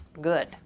good